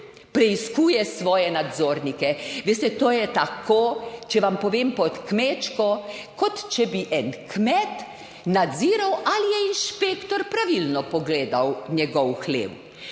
preiskuje svoje nadzornike? Veste, to je tako, če vam povem, pod kmečko, kot če bi en kmet nadziral, ali je inšpektor pravilno pogledal njegov hlev.